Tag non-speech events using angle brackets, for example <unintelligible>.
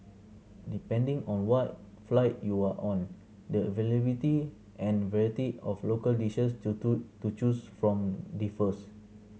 depending on what flight you are on the availability and variety of local dishes to <unintelligible> choose from differs